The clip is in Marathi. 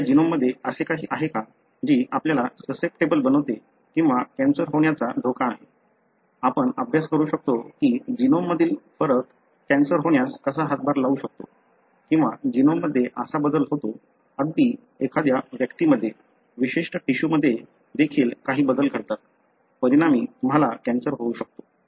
आपल्या जीनोममध्ये असे काही आहे का जी आपल्याला ससेप्टेबल बनवते किंवा कॅन्सर होण्याचा धोका आहे आपण अभ्यास करू शकतो की जीनोममधील फरक कॅन्सर होण्यास कसा हातभार लावू शकतो किंवा जीनोममध्ये असा बदल होतो अगदी एखाद्या व्यक्तीमध्ये विशिष्ट टिश्यूमध्ये देखील काही बदल घडतात परिणामी तुम्हाला कॅन्सर होऊ शकतो